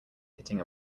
hitting